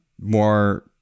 more